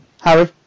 Harry